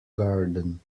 garden